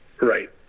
Right